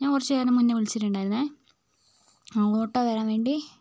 ഞാൻ കുറച്ച് നേരം മുന്നില് വിളിച്ചിട്ടുണ്ടായിരുന്നേ ആ ഓട്ടോ വരാൻ വേണ്ടി